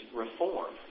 reform